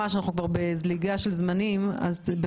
אנחנו כבר בזליגה של זמנים אז,